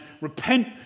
repent